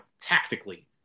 tactically